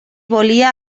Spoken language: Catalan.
volia